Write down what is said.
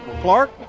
Clark